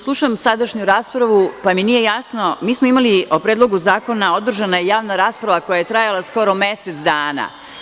Slušam sadašnju raspravu, pa mi nije jasno, o Predloga zakona održana je javna rasprava koja je trajala mesec dana.